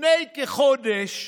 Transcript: לפני כחודש,